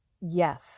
Yes